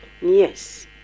Yes